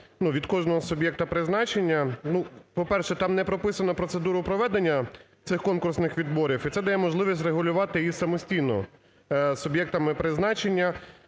від кожного суб'єкта призначення. Ну, по-перше, там не прописано процедуру проведення цих конкурсних відборів, і це дає можливість регулювати їх самостійно суб'єктами призначення,